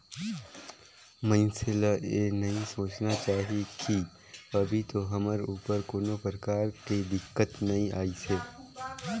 मइनसे ल ये नई सोचना चाही की अभी तो हमर ऊपर कोनो परकार के दिक्कत नइ आइसे